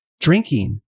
drinking